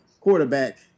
quarterback